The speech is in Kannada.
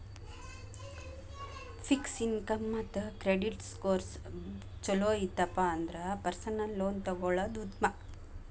ಫಿಕ್ಸ್ ಇನ್ಕಮ್ ಮತ್ತ ಕ್ರೆಡಿಟ್ ಸ್ಕೋರ್ಸ್ ಚೊಲೋ ಇತ್ತಪ ಅಂದ್ರ ಪರ್ಸನಲ್ ಲೋನ್ ತೊಗೊಳ್ಳೋದ್ ಉತ್ಮ